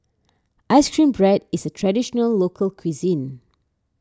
Ice Cream Bread is a Traditional Local Cuisine